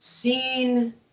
seen